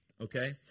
Okay